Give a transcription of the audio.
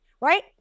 right